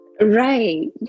Right